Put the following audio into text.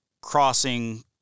crossing